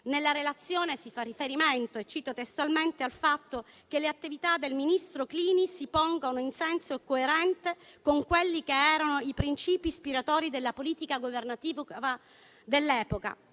Nella relazione si fa riferimento - cito testualmente - al fatto che «le attività del ministro Clini si pongano in senso coerente con quelli che erano i princìpi ispiratori della politica governativa dell'epoca»,